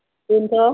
बेनथ'